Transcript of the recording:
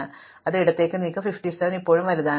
അതിനാൽ ഞാൻ അത് ഇടത്തേക്ക് നീക്കും 57 ഇപ്പോഴും വലുതാണ്